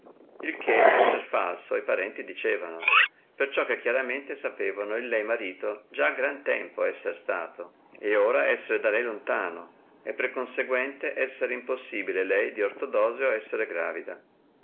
il che esser falso e parenti dicevano perciò che chiaramente sapevano il lei marito già gran tempo esser stato e ora esser da lei lontano e per consequente esser impossibile lei di ortodosio essere gravida